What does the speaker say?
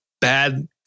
bad